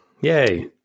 yay